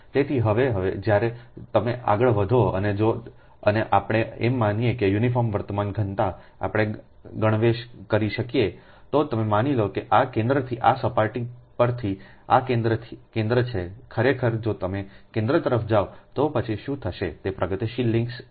તેથી હવે હવે જ્યારે તમે આગળ વધો અને જો અને આપણે એમ માનીએ કે યુનિફોર્મ વર્તમાન ઘનતા આપણે ગણવેશ કરી શકીએ તો તમે માની લો કે આ આ કેન્દ્રથી આ સપાટી પરથી આ કેન્દ્ર છે ખરેખર જો તમે કેન્દ્ર તરફ જાવ તો પછી શું થશે તે પ્રગતિશીલ લિંક્સ એ